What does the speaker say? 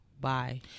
bye